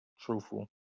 truthful